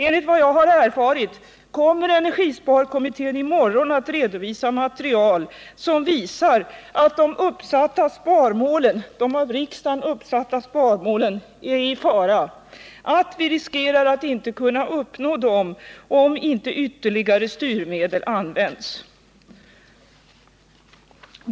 Enligt vad jag har erfarit kommer energisparkommittén i morgon att redovisa material som visar att de av riksdagen uppsatta sparmålen är i fara och att vi riskerar att inte kunna uppnå dem, om inte ytterligare styrmedel används.